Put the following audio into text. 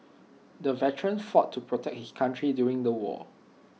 the veteran fought to protect his country during the war